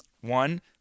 One